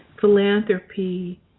philanthropy